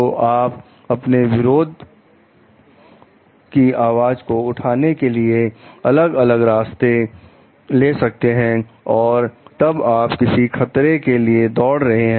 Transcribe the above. तो आप अपने विरोध की आवाज को उठाने के लिए अलग अलग रास्ते ले सकते हैं और तब आप किसी खतरे के लिए दौड़ रहे हैं